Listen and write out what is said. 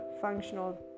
functional